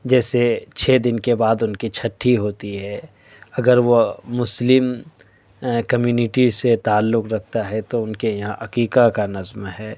جیسے چھ دن کے بعد ان کی چھٹھی ہوتی ہے اگر وہ مسلم کمیونیٹی سے تعلق رکھتا ہے تو ان کے یہاں عقیقہ کا نظم ہے